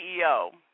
CEO